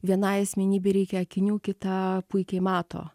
vienai asmenybei reikia akinių kita puikiai mato